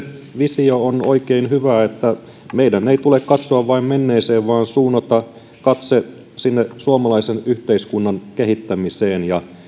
visio on oikein hyvä että meidän ei tule katsoa vain menneeseen vaan suunnata katse sinne suomalaisen yhteiskunnan kehittämiseen ja